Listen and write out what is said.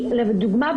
לדוגמה,